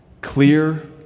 Clear